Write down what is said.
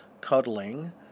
cuddling